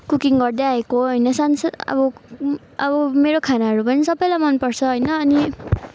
cooking गर्दै आएको होइन सान सा अब अब मेरो खानाहरू पनि सबैलाई मनपर्छ होइन अनि